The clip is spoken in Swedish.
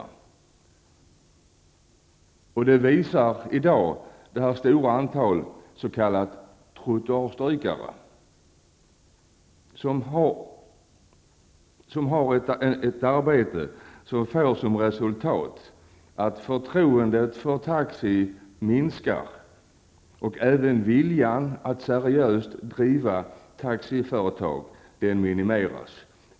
Det stora antalet s.k. trottoarstrykare bedriver ett arbete som får som resultat att förtroendet för taxi minskar och även viljan att seriöst driva taxiföretag minimeras.